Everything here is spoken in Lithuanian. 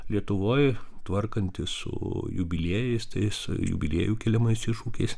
lietuvoj tvarkantis su jubiliejais tais jubiliejų keliamais iššūkiais